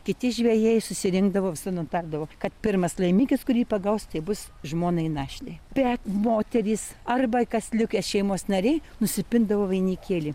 kiti žvejai susirinkdavo visi nutardavo kad pirmas laimikis kurį pagaus tai bus žmonai našlei bet moterys arba kas likę šeimos nariai nusipindavo vainikėlį